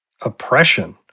oppression